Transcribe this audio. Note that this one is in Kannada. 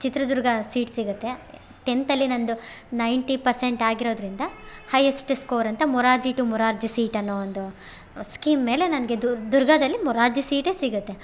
ಚಿತ್ರದುರ್ಗ ಸೀಟ್ ಸಿಗುತ್ತೆ ಟೆಂತಲ್ಲಿ ನನ್ನದು ನೈನ್ಟಿ ಪರ್ಸೆಂಟ್ ಆಗಿರೋದರಿಂದ ಹೈಯೆಸ್ಟ್ ಸ್ಕೋರ್ ಅಂತ ಮೊರಾರ್ಜಿ ಟು ಮೊರಾರ್ಜಿ ಸೀಟ್ ಅನ್ನೋ ಒಂದು ಸ್ಕೀಮ್ ಮೇಲೆ ನನಗೆ ದುರ್ಗಾದಲ್ಲಿ ಮೊರಾರ್ಜಿ ಸೀಟೇ ಸಿಗುತ್ತೆ